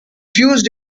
fused